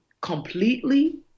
completely